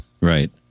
Right